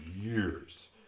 years